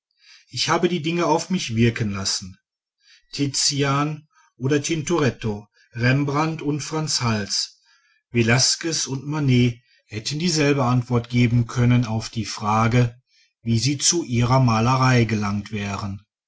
ich habe die dinge auf mich wirken lassen tizian oder tintoretto rembrandt und f hals velasquez und manet hätten dieselbe antwort geben können auf die frage wie sie zu ihrer malerei gelangt wären